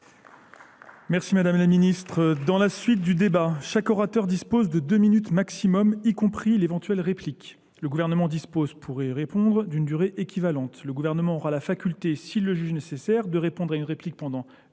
Merci Madame la Ministre. Dans la suite du débat, chaque orateur dispose de deux minutes maximum, y compris l'éventuelle réplique. Le gouvernement dispose, pour y répondre, d'une durée équivalente. Le gouvernement aura la faculté, si le juge est nécessaire, de répondre à une réplique pendant